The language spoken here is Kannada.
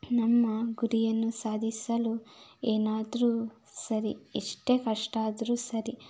ನಮ್ಮ ಗುರಿಯನ್ನು ಸಾಧಿಸಲು ಏನಾದರೂ ಸರಿ ಎಷ್ಟೇ ಕಷ್ಟ ಆದರೂ ಸರಿ